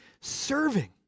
serving